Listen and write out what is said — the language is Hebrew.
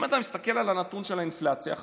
אתה מסתכל על הנתון של האינפלציה,